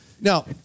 Now